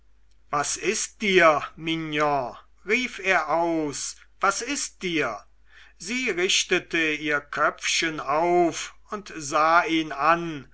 was ist dir mignon rief er aus was ist dir sie richtete ihr köpfchen auf und sah ihn an